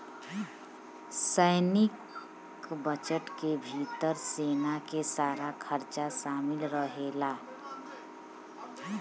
सैनिक बजट के भितर सेना के सारा खरचा शामिल रहेला